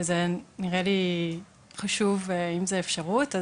זה נראה לי חשוב אם זה אפשרות.